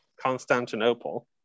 Constantinople